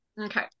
okay